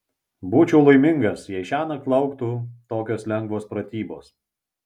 būčiau laimingas jei šiąnakt lauktų tokios lengvos pratybos